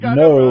no